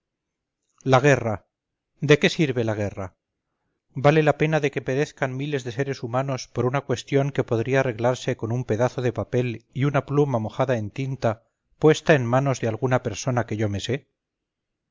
la guerra de qué sirve la guerra vale la pena de que perezcan miles de seres humanos por una cuestión que podría arreglarse con un pedazo de papel y una pluma mojada en tinta puesta en manos de alguna persona que yo me sé